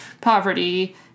poverty